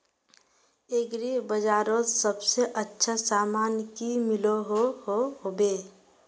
Agri बजारोत सबसे अच्छा सामान की मिलोहो होबे?